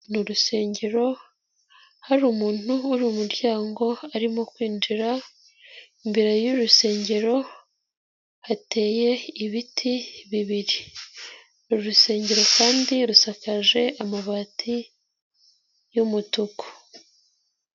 Mu rusengero hari umuntu uri mu muryango arimo kwinjira, imbere y'uru rusengero hateye ibiti bibiri, urusengero kandi rusakaje amabati y'umutuku.